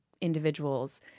individuals